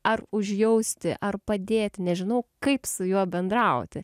ar užjausti ar padėti nežinau kaip su juo bendrauti